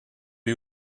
lui